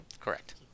Correct